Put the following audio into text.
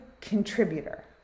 contributor